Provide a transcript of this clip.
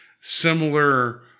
similar